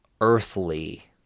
earthly